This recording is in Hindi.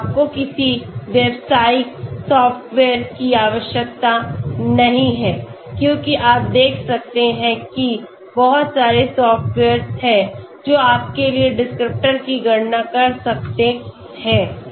तो आपको किसी व्यावसायिक सॉफ्टवेयर की आवश्यकता नहीं है क्योंकि आप देख सकते हैं कि बहुत सारे सॉफ्टवेअर हैं जो आपके लिए डिस्क्रिप्टर की गणना कर सकते हैं